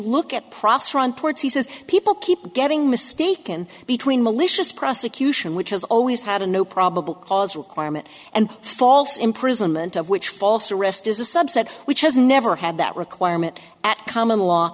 says people keep getting mistaken between malicious prosecution which has always had a no probable cause requirement and false imprisonment of which false arrest is a subset which has never had that requirement at common law